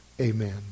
Amen